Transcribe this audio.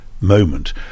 moment